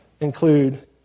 include